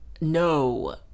no